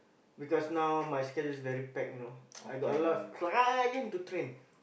because now my schedule is very packed you know I got a lot of client to train